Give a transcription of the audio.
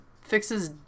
fixes